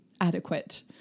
adequate